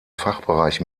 fachbereich